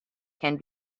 can